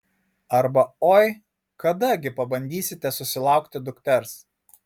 arba oi kada gi pabandysite susilaukti dukters